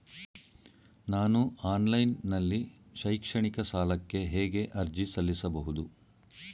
ನಾನು ಆನ್ಲೈನ್ ನಲ್ಲಿ ಶೈಕ್ಷಣಿಕ ಸಾಲಕ್ಕೆ ಹೇಗೆ ಅರ್ಜಿ ಸಲ್ಲಿಸಬಹುದು?